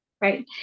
right